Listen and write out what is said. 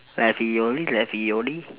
ravioli ravioli